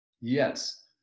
Yes